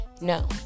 No